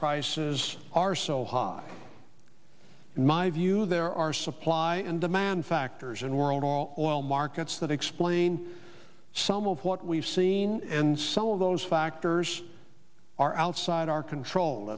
prices are so high in my view there are supply and demand factors in world all oil markets that explain some of what we've seen and some of those factors are outside our control